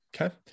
Okay